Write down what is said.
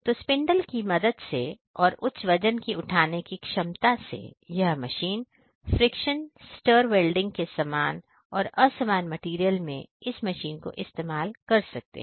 तो spindle speed की मदद से और उच्च वजन की उठाने की क्षमता से यह मशीन फ्रिक्शन स्टर वेल्डिंग के सामान और असमान मटेरियल में इस मशीन को इस्तेमाल कर सकते हैं